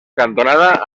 cantonada